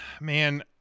Man